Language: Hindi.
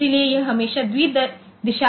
इसलिए यह हमेशा द्वि दिशात्मक है